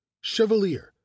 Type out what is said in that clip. chevalier